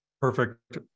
Perfect